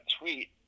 tweet